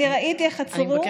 אני ראיתי איך עצרו, אני מבקשת.